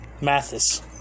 Mathis